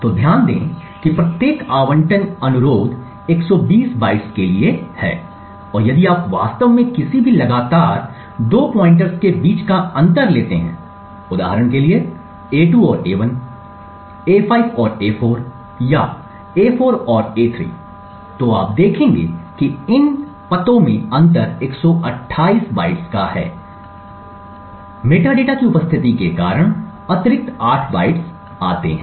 तो ध्यान दें कि प्रत्येक आवंटन अनुरोध 120 बाइट्स के लिए है और यदि आप वास्तव में किसी भी लगातार दो पॉइंटरस के बीच का अंतर लेते हैं उदाहरण के लिए a2 और a1 a5 और a4 या a4 और a3 तो आप देखेंगे कि इन पतों में अंतर 128 बाइट्स का है मेटाडेटा की उपस्थिति के कारण अतिरिक्त 8 बाइट्स आते हैं